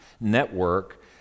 network